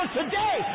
today